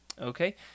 okay